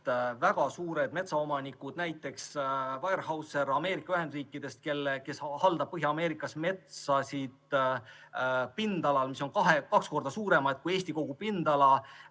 väga suured metsaomanikud, näiteks Weyerhaeuser Ameerika Ühendriikidest, kes haldab Põhja-Ameerikas metsasid pindalal, mis on kaks korda suurem kui kogu Eesti pindala.